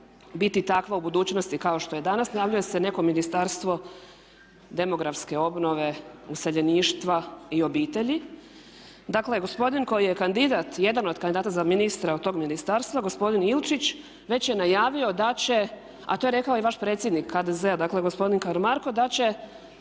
biti takva u budućnosti kao što je danas, najavljuje se neko ministarstvo demografske obnove, useljeništva i obitelji. Dakle gospodin koji je kandidat, jedan od kandidata za ministra od tog Ministarstva gospodin Ilčić, već je najavio da će, a to je rekao i vaš predsjednik HDZ-a, dakle gospodin Karamarko da će